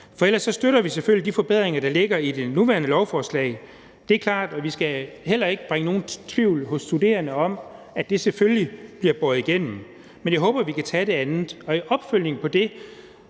Ellers støtter vi selvfølgelig de forbedringer, der ligger i det nuværende lovforslag. Det er klart, at vi heller ikke skal bringe nogen tvivl hos de studerende om, at det selvfølgelig bliver båret igennem, men jeg håber, at vi kan tage det andet. I opfølgningen på det